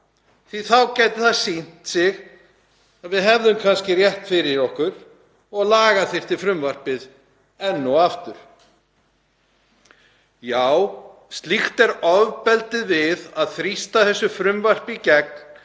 að þá gæti það sýnt sig að við höfðum kannski rétt fyrir okkur og laga þyrfti frumvarpið enn og aftur. Slíkt er ofbeldið við að þrýsta þessu frumvarpi í gegn